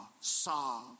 saw